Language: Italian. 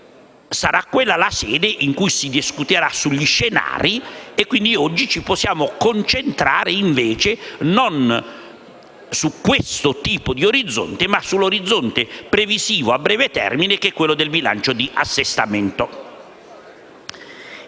sarà quella la sede in cui si discuterà sugli scenari e quindi oggi ci possiamo concentrare invece, non su questo tipo di orizzonte, ma sull'orizzonte previsivo a breve termine del bilancio di assestamento.